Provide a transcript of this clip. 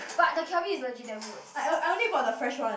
but the Calbee is legit damn good